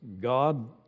God